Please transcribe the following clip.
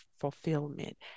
fulfillment